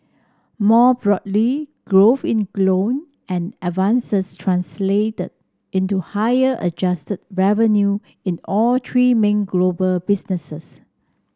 more broadly growth in loan and advances translated into higher adjusted revenue in all three main global businesses